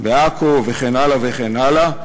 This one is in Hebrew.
בעכו וכן הלאה וכן הלאה,